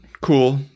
cool